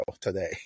today